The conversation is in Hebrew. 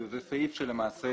זה סעיף שלמעשה